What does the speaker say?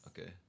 Okay